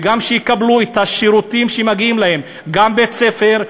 וגם שיקבלו את השירותים שמגיעים להם: גם בית-ספר,